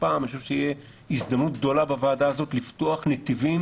אני חושב שתהיה הזדמנות גדולה בוועדה הזאת לפתוח נתיבים